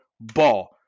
ball